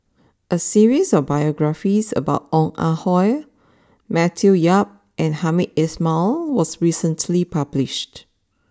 a series of biographies about Ong Ah Hoi Matthew Yap and Hamed Ismail was recently published